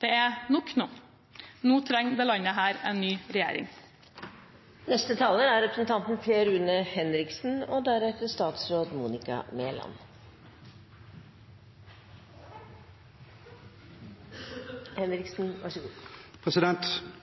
Det er nok nå, nå trenger dette landet en ny regjering. «Norge er et land med store muligheter. Vi har en høyt utdannet befolkning og